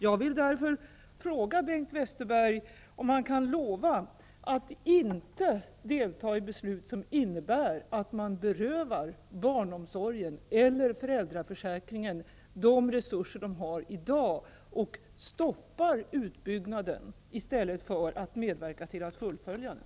Jag vill därför fråga Bengt Westerberg om han kan lova att inte delta i beslut som innebär att man berövar barnomsorgen eller föräldraförsäkringen de resurser de har i dag och stoppar utbyggnaden i stället för att medverka till att fullfölja den.